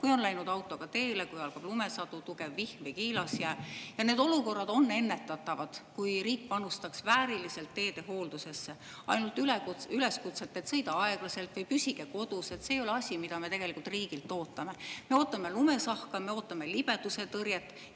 kui on läinud autoga teele, kui algab lumesadu, tugev vihm või on kiilasjää. Need olukorrad oleks ennetatavad, kui riik panustaks vääriliselt teede hooldusesse. Ainult üleskutsed "Sõida aeglaselt" ja "Püsige kodus" – see ei ole asi, mida me tegelikult riigilt ootame. Me ootame lumesahka, me ootame libedustõrjet